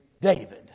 David